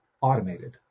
automated